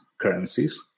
currencies